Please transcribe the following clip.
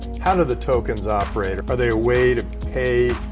how do the tokens operate? are are they a way to pay,